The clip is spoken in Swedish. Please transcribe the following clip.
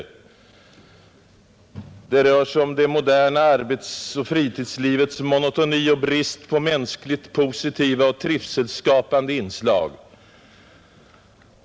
Det rör sig om det moderna arbetsoch fritidslivets monotoni och brist på mänskligt positiva och trivselskapande inslag.